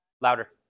louder